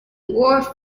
wore